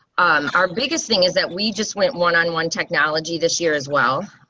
um our biggest thing is that we just went one on one technology this year as well.